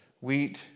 wheat